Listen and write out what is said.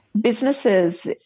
Businesses